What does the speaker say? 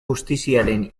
justiziaren